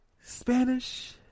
Spanish